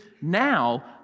Now